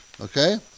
Okay